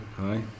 Hi